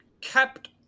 kept